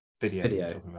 video